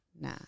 Nah